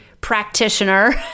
practitioner